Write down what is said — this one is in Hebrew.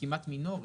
כמעט מינורי.